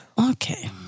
Okay